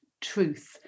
truth